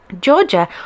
Georgia